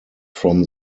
from